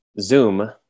Zoom